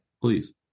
Please